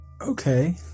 Okay